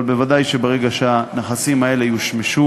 אבל ודאי שברגע שהנכסים האלה יושמשו